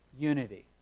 unity